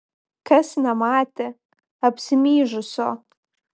kas nematė apsimyžusio